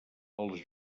als